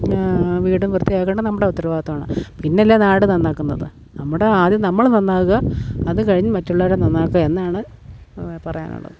വീടും വൃത്തിയാക്കേണ്ട നമ്മുടെ ഉത്തരവാദിത്ത്വമാണ് പിന്നല്ലേ നാട് നന്നാക്കുന്നത് നമ്മുടെ ആദ്യം നമ്മൾ നന്നാകുക അതുകഴിഞ്ഞ് മറ്റുള്ളവരെ നന്നാക്കുക എന്നാണ് പറയാനുള്ളത്